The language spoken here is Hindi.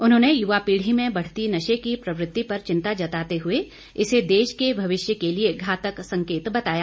उन्होंने युवा पीढ़ी में बढ़ती नशे की प्रवृति पर चिंता जताते हुए इसे देश के भविष्य के लिए घातक संकेत बताया